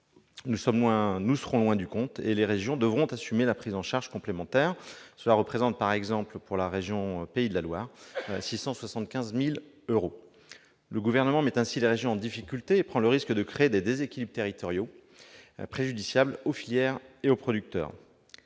Nous serons loin du compte, et les régions devront assumer une prise en charge complémentaire. À titre d'exemple, pour la région Pays de la Loire, cela représentera 675 000 euros. Le Gouvernement met ainsi les régions en difficulté et prend le risque de créer des déséquilibres territoriaux préjudiciables aux filières et aux producteurs.